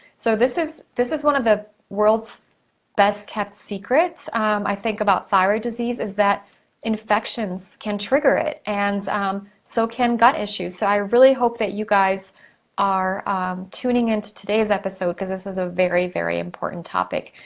so, this is this is one of the world's best kept secrets i think about thyroid disease is that infections can trigger it, and so can gut issues. so, i really hope that you guys are tuning into today's episode, cause this is a very, very, important topic.